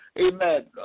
Amen